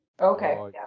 Okay